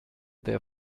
there